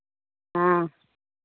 हँ